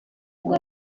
ngo